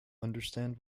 understand